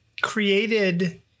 created